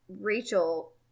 Rachel